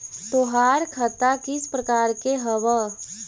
तोहार खता किस प्रकार के हवअ